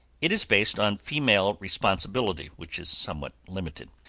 it is based on female responsibility, which is somewhat limited.